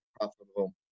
profitable